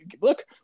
look